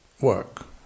work